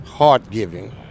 Heart-giving